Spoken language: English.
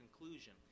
conclusion